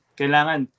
kailangan